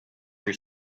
your